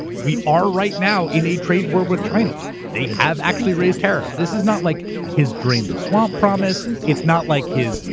we are right now in a trade war with china. they have actually raised tariff. this is not like his drain the swamp promise, it's not like his,